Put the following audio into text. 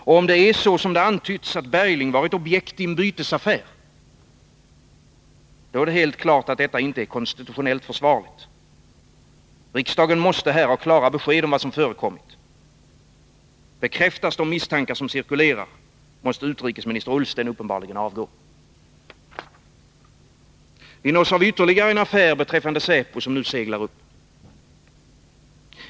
Och om det är så som det antytts, att Bergling varit objekt i en bytesaffär — då är det helt klart att detta inte är konstitutionellt försvarligt. Riksdagen måste här ha klara besked om vad som förekommit. Bekräftas de misstankar som cirkulerar måste utrikesminister Ullsten uppenbarligen avgå. Vi nås av ytterligare en affär beträffande säpo, som nu seglar upp.